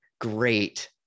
great